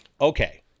okay